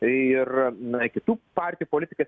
ir na kitų partijų politikai